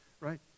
Right